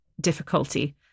difficulty